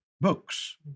books